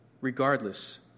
regardless